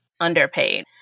underpaid